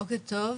בוקר טוב,